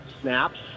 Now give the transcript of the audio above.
snaps